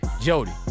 Jody